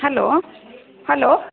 hello hello